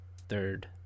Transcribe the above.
third